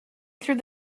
through